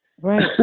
Right